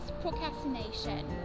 procrastination